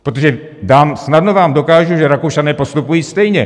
Protože snadno vám dokážu, že Rakušané postupují stejně.